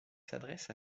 s’adresse